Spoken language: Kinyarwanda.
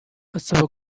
abasaba